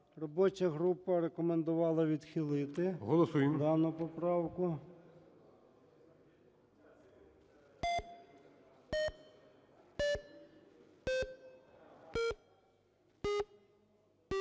Робоча група рекомендувала відхилити дану поправку.